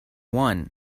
one